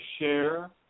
share